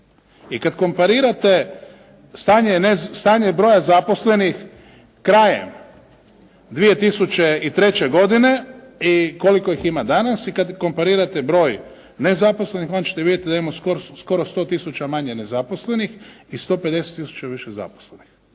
i kad komparirate stanje broja zaposlenih krajem 2003. godine i koliko ih ima danas i kad komparirate broj nezaposlenih, onda ćete vidjeti da imamo skoro 100 tisuća manje nezaposlenih i 150 tisuća više zaposlenih.